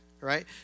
right